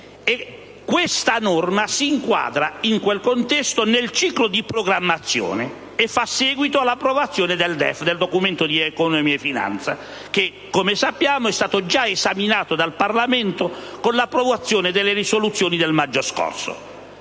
Questa norma si inquadra in quel contesto nel ciclo di programmazione e fa seguito all'approvazione del Documento di economia e finanza, che - come è noto - è già stato esaminato dal Parlamento con l'approvazione delle risoluzioni nel maggio scorso,